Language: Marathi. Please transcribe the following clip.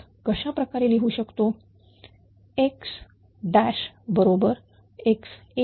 तर हे प्रत्यक्षात कशा प्रकारे लिहू शकतोX' बरोबर x1